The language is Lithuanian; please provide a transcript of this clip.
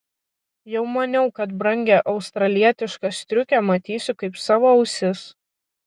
jau maniau kad brangią australietišką striukę matysiu kaip savo ausis